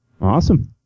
Awesome